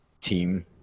team